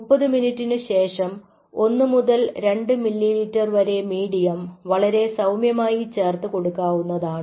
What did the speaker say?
30 മിനിറ്റിനുശേഷം 1 മുതൽ 2ml വരെ മീഡിയം വളരെ സൌമ്യമായി ചേർത്ത് കൊടുക്കാവുന്നതാണ്